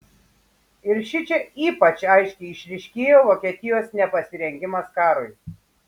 ir šičia ypač aiškiai išryškėjo vokietijos nepasirengimas karui